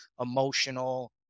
emotional